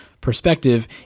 perspective